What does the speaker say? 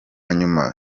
nyuma